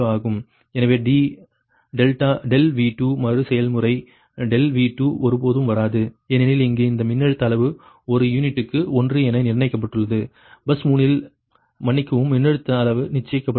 எனவே ∆V2 மறுசெயல்முறை ∆V2 ஒருபோதும் வராது ஏனெனில் இங்கு இந்த மின்னழுத்த அளவு ஒரு யூனிட்டுக்கு 1 என நிர்ணயிக்கப்பட்டுள்ளது பஸ் 3 இல் மன்னிக்கவும் மின்னழுத்த அளவு நிச்சயிக்கப்பட்டது